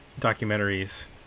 documentaries